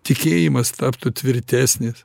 tikėjimas taptų tvirtesnis